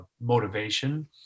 motivation